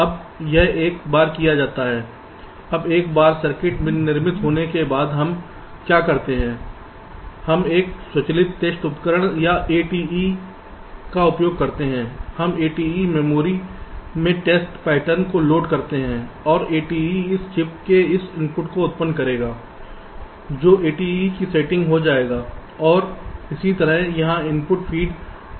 अब यह एक बार किया जाता है अब एक बार सर्किट निर्मित होने के बाद हम क्या करते हैं हम एक स्वचालित टेस्ट उपकरण या ATE का उपयोग करते हैं हम ATE मेमोरी में टेस्ट पैटर्न को लोड करते हैं और ATE इस चिप में इस इनपुट को उत्पन्न करेगा जो ATE की सेटिंग हो जाएगा और इसी तरह यहाँ आउटपुट फीड किया जाएगा